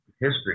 history